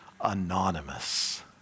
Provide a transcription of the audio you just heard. anonymous